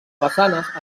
façanes